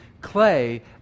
clay